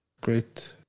Great